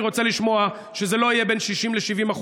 אני רוצה לשמוע שזה לא יהיה בין 60% ל-70%,